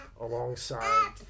alongside